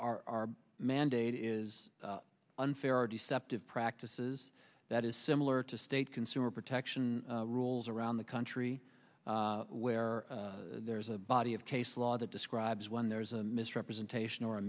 we are mandated is unfair or deceptive practices that is similar to state consumer protection rules around the country where there is a body of case law that describes when there is a misrepresentation or a